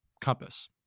Compass